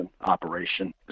operation